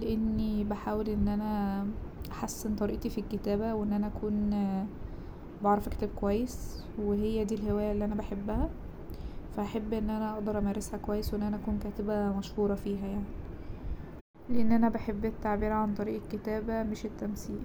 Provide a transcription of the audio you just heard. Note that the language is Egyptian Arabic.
لأني بحاول ان انا احسن طريقتي في الكتابة وان انا اكون بعرف اكتب كويس وهي دي الهواية اللي انا بحبها فا هحب ان انا اقدر امارسها كويس وان انا اكون كاتبة مشهورة فيها يعني لأن أنا بحب التعبير عن طريق الكتابة مش التمثيل.